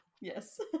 yes